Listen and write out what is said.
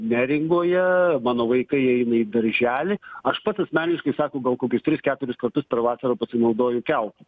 neringoje mano vaikai eina į darželį aš pats asmeniškai sako gal kokius tris keturis kartus per vasarą pasinaudoju keltu